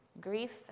Grief